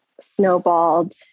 snowballed